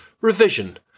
revision